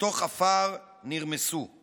ובתוך עפר נרמסו /